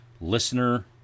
listener